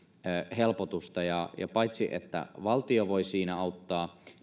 helpotusta ja paitsi että valtio voi siinä auttaa